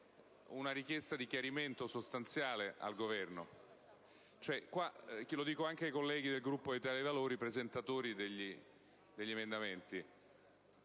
per chiedere un chiarimento sostanziale al Governo. Mi rivolgo anche ai colleghi del Gruppo di Italia dei Valori, presentatori degli emendamenti,